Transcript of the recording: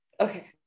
Okay